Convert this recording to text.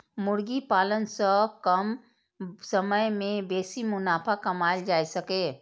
मुर्गी पालन सं कम समय मे बेसी मुनाफा कमाएल जा सकैए